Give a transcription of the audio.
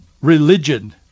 religion